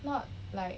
not like